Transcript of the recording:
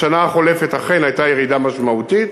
בשנה החולפת אכן הייתה ירידה משמעותית,